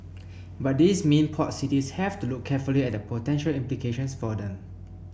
but these mean port cities have to look carefully at the potential implications for them